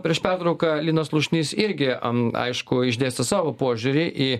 prieš pertrauką linas slušnys irgi am aišku išdėsto savo požiūrį į